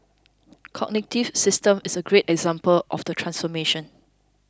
Cognitive Systems is a great example of the transformation